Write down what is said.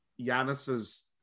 Giannis's